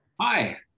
Hi